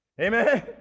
Amen